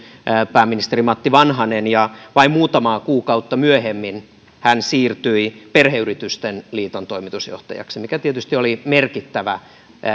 pääministeri matti vanhanen ja vain muutamaa kuukautta myöhemmin hän siirtyi perheyritysten liiton toimitusjohtajaksi mikä tietysti oli merkittävää